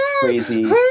crazy